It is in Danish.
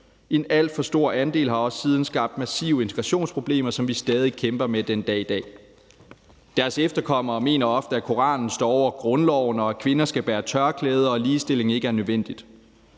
En alt for stor andel har også siden skabt massive integrationsproblemer, som vi stadig kæmper med den dag i dag. Deres efterkommere mener ofte, at Koranen står over grundloven, at kvinder skal bære tørklæde, og at ligestilling ikke er nødvendigt.